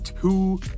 two